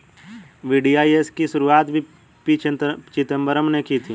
VDIS की शुरुआत P Chidambaram ने की थी